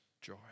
joy